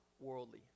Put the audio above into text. worldly